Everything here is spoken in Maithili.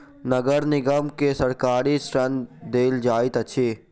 नगर निगम के सरकारी ऋण देल जाइत अछि